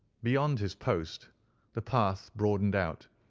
beyond his post the path broadened out,